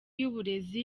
y’uburezi